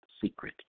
secret